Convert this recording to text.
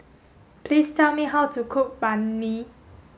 please tell me how to cook Banh Mi